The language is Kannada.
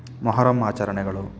ಮೊಹರಮ್ ಆಚರಣೆಗಳು